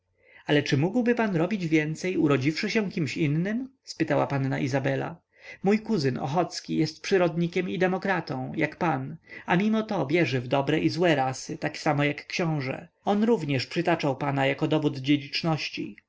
ale czy mógłby pan robić więcej urodziwszy się kimś innym spytała panna izabela mój kuzyn ochocki jest przyrodnikiem i demokratą jak pan a mimo to wierzy w dobre i złe rasy tak samo jak książe on również przytaczał pana jako dowód